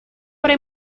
para